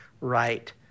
right